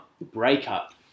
Breakup